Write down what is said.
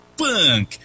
punk